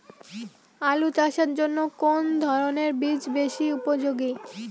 আলু চাষের জন্য কোন ধরণের বীজ বেশি উপযোগী?